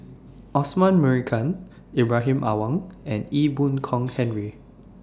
Osman Merican Ibrahim Awang and Ee Boon Kong Henry